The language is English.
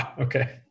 Okay